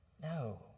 No